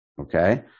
Okay